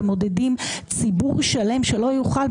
ומודדים ציבור שלם שלא יוכל,